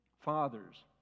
Fathers